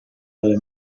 ari